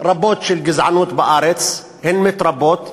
רבות של גזענות בארץ, והן מתרבות.